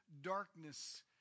Darkness